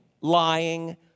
lying